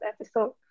episode